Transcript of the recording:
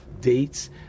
dates